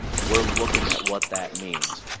we're looking at what that means.